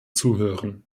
zuhören